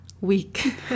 week